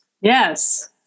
Yes